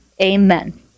Amen